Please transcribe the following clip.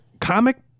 comic